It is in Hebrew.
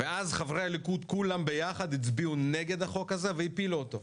ואז חברי הליכוד כולם ביחד הצביעו נגד החוק הזה והפילו אותו.